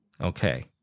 Okay